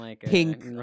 pink